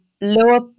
lower